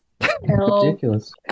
Ridiculous